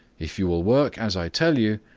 if you will work as i tell you,